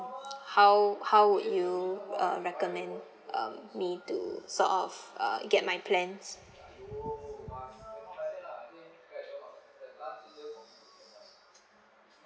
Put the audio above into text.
how how would you uh recommend um me to sort of uh get my plans